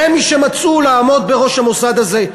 זה מי שמצאו לעמוד בראש המוסד הזה?